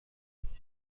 لیبرال